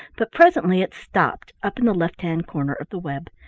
but presently it stopped up in the left-hand corner of the web.